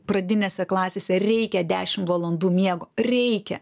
pradinėse klasėse reikia dešimt valandų miego reikia